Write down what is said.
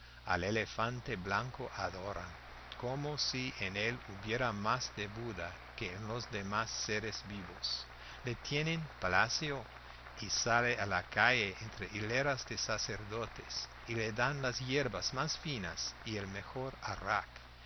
al elefante blanco adoran como si en él hubiera más de buda que en los demás seres vivos le tienen palacio y sale a la calle entre hileras de sacerdotes y le dan las yerbas más finas y el mejor arrak